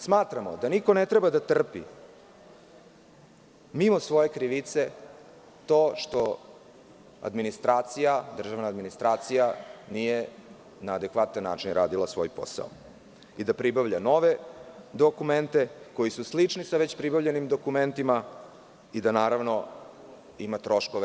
Smatramo da niko ne treba da trpi mimo svoje krivice to što administracija, državna administracija nije na adekvatan način radila svoj posao, a to je da pribavlja nove dokumente koji su slični sa već pribavljenim dokumentima i da zbog toga ima troškove.